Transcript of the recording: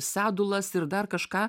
sedulas ir dar kažką